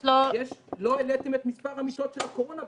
לא העליתם את מספר המיטות של הקורונה,